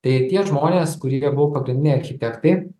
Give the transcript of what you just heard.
tai tie žmonės kurie buvo pagrindiniai architektai